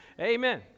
Amen